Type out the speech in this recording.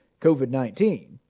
COVID-19